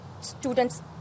students